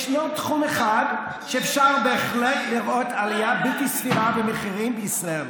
ישנו תחום אחד שאפשר בהחלט לראות בו עלייה בלתי סבירה במחירים בישראל,